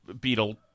beetle